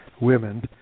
women